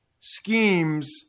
schemes